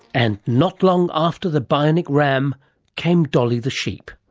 and not long after the bionic ram came dolly the sheep.